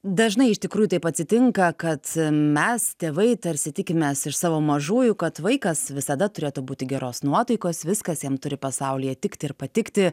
dažnai iš tikrųjų taip atsitinka kad mes tėvai tarsi tikimės iš savo mažųjų kad vaikas visada turėtų būti geros nuotaikos viskas jam turi pasaulyje tikti ir patikti